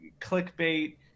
clickbait